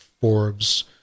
Forbes